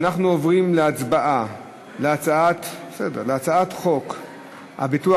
אנחנו עוברים להצבעה על הצעת חוק הביטוח